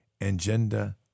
Agenda